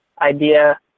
idea